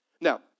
Now